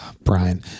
Brian